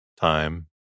time